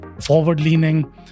forward-leaning